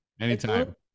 anytime